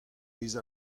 pezh